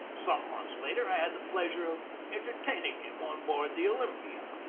some months later i had the pleasure of entertaining him on board the olympia.